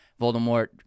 Voldemort